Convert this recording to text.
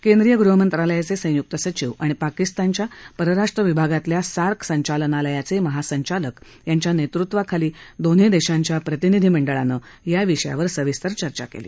केंद्रीय गृहमंत्रालयाचे संयुक्त सचिव आणि पाकिस्तानच्या परराष्ट्र विभागातल्या सार्क संचालनालयाचे महासंचालक यांच्या नेतृत्वाखाली दोन्ही देशांच्या प्रतिनिधीमंडळानं याविषयावर सविस्तर चर्चा केली